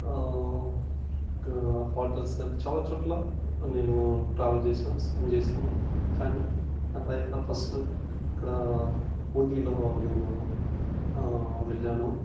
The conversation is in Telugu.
గా హోటల్స్ కానీ చాల చోట్ల నేను ట్రావెల్ చేశాను స్పెండ్ చేశాను కానీ నా లైఫ్లో ఫస్టు ఇక్కడా ఊటిలో నేను వెళ్ళాను